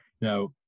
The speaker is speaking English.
Now